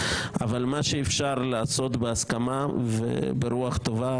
אבל מה שאפשר לעשות בהסכמה וברוח טובה,